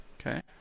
Okay